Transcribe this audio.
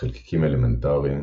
חלקיקים אלמנטריים